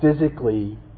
physically